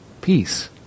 Peace